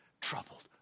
troubled